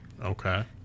okay